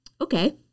Okay